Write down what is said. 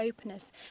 openness